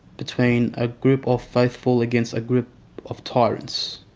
between a group of faithful against a group of tyrants,